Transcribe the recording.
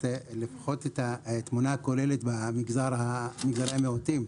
לפחות את התמונה הכוללת במגזרי המיעוטים.